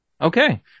Okay